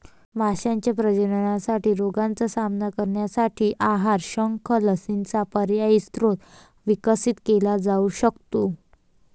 माशांच्या प्रजननासाठी रोगांचा सामना करण्यासाठी आहार, शंख, लसींचा पर्यायी स्रोत विकसित केला जाऊ शकतो